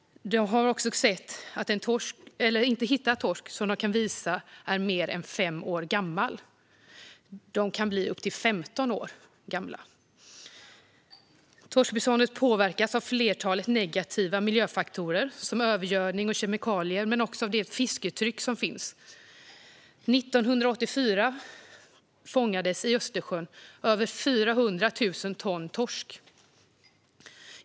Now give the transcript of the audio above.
Dessutom har man inte hittat torsk som man kan visa är mer än 5 år gammal. Egentligen kan de bli upp till 15 år gamla. Torskbeståndet påverkas av ett flertal negativa miljöfaktorer, som övergödning och kemikalier, men också av fisketrycket. År 1984 fångades i Östersjön över 400 000 ton torsk.